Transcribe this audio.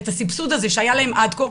את הסבסוד הזה שהיה להן עד כה,